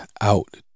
out